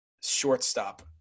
shortstop